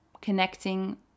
connecting